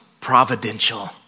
providential